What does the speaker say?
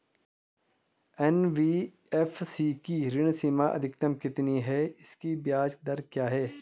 NBFC की ऋण सीमा अधिकतम कितनी है इसकी ब्याज दर क्या है?